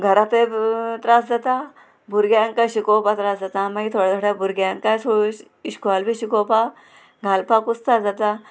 घरांतूय त्रास जाता भुरग्यांक शिकोवपा त्रास जाता मागीर थोड्या थोड्या भुरग्यांक थो इस्कोल बी शिकोवपा घालपाक कुस्तार जाता